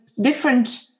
different